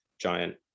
giant